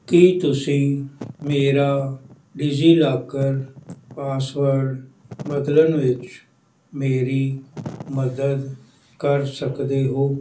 ਕੀ ਤੁਸੀਂ ਮੇਰਾ DigiLocker password ਬਦਲਣ ਵਿੱਚ ਮੇਰੀ ਮਦਦ ਕਰ ਸਕਦੇ ਹੋ